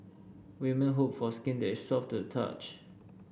women hope for skin that is soft to the touch